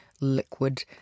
liquid